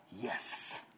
yes